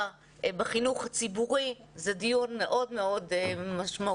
בחינוך הציבורי זה דיון מאוד מאוד משמעותי,